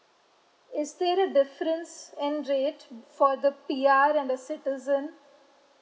is there a difference in rate for the P_R and the citizen